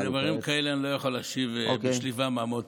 על דברים כאלה אני לא יכול להשיב בשליפה מהמותן.